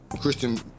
Christian